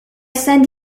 send